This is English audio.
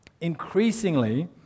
increasingly